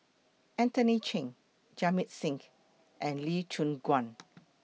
Anthony Chen Jamit Singh and Lee Choon Guan